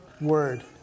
word